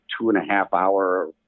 two-and-a-half-hour